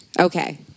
Okay